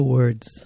Words